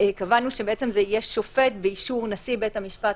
קבענו שזה יהיה שופט באישור נשיא בית המשפט,